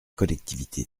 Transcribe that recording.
collectivités